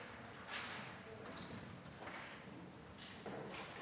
Tak.